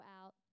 out